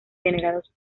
venerados